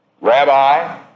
Rabbi